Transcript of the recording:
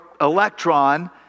electron